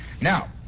Now